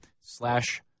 slash